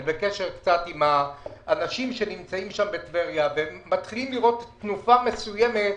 אני קצת בקשר עם האנשים בטבריה והם מתחילים לראות תנופה מסוימת.